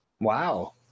Wow